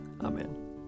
Amen